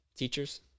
teachers